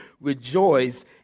rejoice